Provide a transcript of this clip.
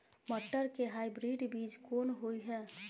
मटर के हाइब्रिड बीज कोन होय है?